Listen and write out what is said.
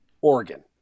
Oregon